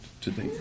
today